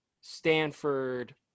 Stanford